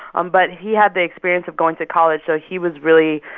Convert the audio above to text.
um but he had the experience of going to college, so he was really,